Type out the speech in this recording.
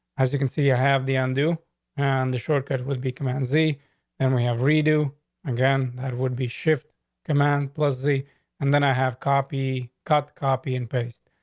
as you can see, you have the undo and the shortcut would be command z and we have redo again. that would be shift command plus and then i have copy, cut, copy and paste.